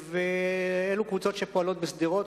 אלו קבוצות שפועלות בשדרות,